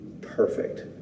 perfect